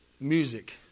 music